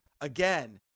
again